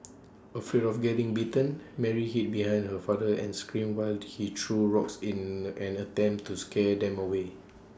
afraid of getting bitten Mary hid behind her father and screamed while he threw rocks in an attempt to scare them away